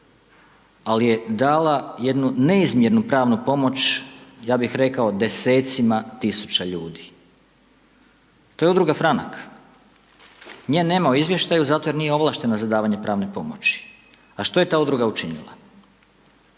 ali je dala jednu neizmjernu pravnu pomoć, ja bih rekao desecima tisuća ljudi. To je Udruga Franak, nje nema u izvještaju zato jer nije ovlaštena za davanje pravne pomoći. A što je ta Udruga učinila?